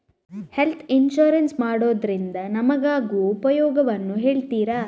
Health insurance ಮಾಡೋದ್ರಿಂದ ನಮಗಾಗುವ ಉಪಯೋಗವನ್ನು ಹೇಳ್ತೀರಾ?